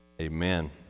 Amen